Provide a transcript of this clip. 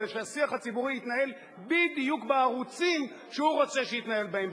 כדי שהשיח הציבורי יתנהל בדיוק בערוצים שהוא רוצה שהוא יתנהל בהם.